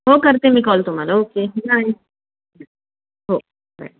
हो करते मी कॉल तुम्हाला ओके हो